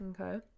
Okay